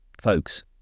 folks